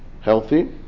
healthy